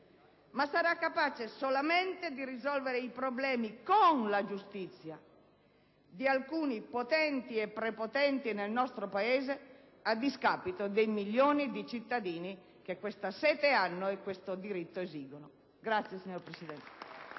ma sarà capace solamente di risolvere i problemi con la giustizia di alcuni potenti e prepotenti nel nostro Paese, a discapito dei milioni di cittadini che questa sete hanno e questo diritto esigono. *(Applausi dal